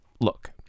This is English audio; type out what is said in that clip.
look